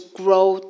grow